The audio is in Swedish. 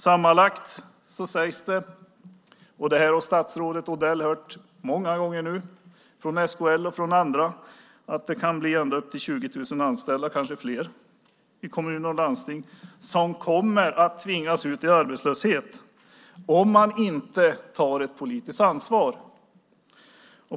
Sammanlagt sägs det - det här har statsrådet Odell hört många gånger nu från SKL och andra - att det kan bli ända upp till 20 000 anställda, kanske fler, i kommuner och landsting som kommer att tvingas ut i arbetslöshet om man inte tar ett politiskt ansvar.